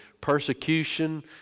persecution